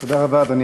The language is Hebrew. תודה רבה, אדוני